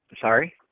sorry